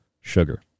sugar